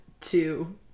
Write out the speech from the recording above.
two